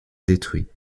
détruit